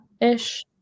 ish